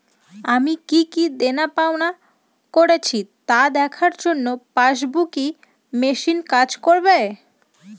আমি কি কি দেনাপাওনা করেছি তা দেখার জন্য পাসবুক ই মেশিন কাজ করবে?